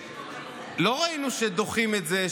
לא ראינו שדוחים את זה,